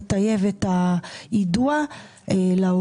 כדי לטייב את היידוע להורים,